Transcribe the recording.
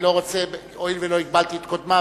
הואיל ולא הגבלתי את קודמיו,